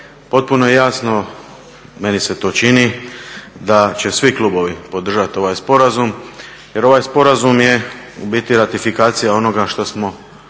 Potpuno je jasno meni se to čini da će svi klubovi podržati ovaj sporazum jer ovaj sporazum je u biti ratifikacija onoga što smo